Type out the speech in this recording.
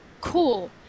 cool